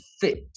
fit